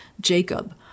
Jacob